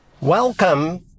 Welcome